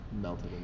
melted